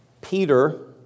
Peter